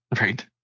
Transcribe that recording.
Right